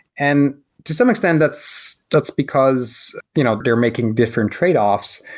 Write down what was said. and to some extent that's that's because you know they're making different trade-offs.